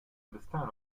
understand